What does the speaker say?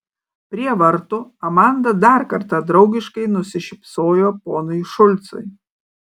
prie vartų amanda dar kartą draugiškai nusišypsojo ponui šulcui